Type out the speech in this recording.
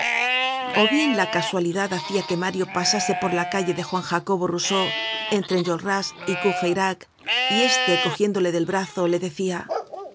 o bien la casualidad hacia que mario pasase por la calle de juan jacobo rousseau entre enjolras y courfeyrac y este cogiéndole del brazo le decia